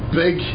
big